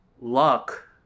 luck